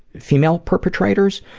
female perpetrators,